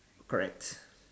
correct